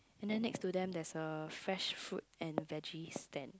and then next to them there's a fresh fruit and veggie stand